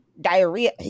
diarrhea